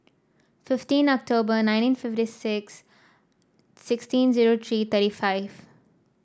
fifteen October nineteen fifty six sixteen zero three thirty five